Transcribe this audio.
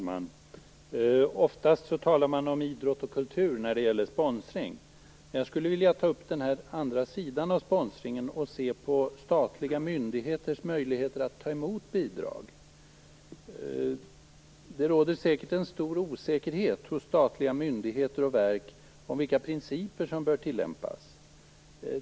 Herr talman! Oftast talar man om idrott och kultur när det gäller sponsring. Jag skulle vilja ta upp en annan sida av sponsring och se på statliga myndigheters möjligheter att ta emot bidrag. Det råder förmodligen en stor osäkerhet hos statliga myndigheter och verk om vilka principer som bör tillämpas.